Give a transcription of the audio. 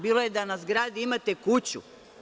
Bilo je da na zgradi imate kuću.